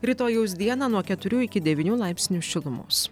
rytojaus dieną nuo keturių iki devynių laipsnių šilumos